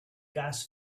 gas